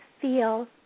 feel